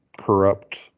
corrupt